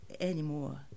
anymore